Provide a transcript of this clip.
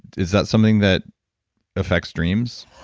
is that something that effects dreams?